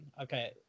Okay